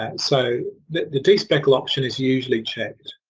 and so the the despeckle option is usually checked.